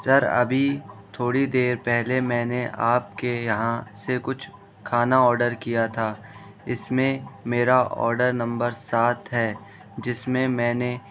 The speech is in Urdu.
سر ابھی تھوڑی دیر پہلے میں نے آپ کے یہاں سے کچھ کھانا اوڈر کیا تھا اس میں میرا اوڈر نمبر سات ہے جس میں میں نے